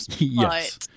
Yes